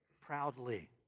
proudly